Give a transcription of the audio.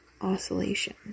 Oscillation